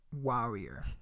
Warrior